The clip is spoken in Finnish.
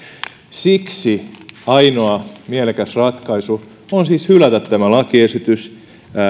siksi ainoa mielekäs ratkaisu on hylätä tämä lakiesitys